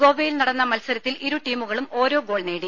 ഗോവയിൽ നടന്ന മത്സരത്തിൽ ഇരു ടീമുകളും ഓരോ ഗോൾ നേടി